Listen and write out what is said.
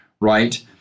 right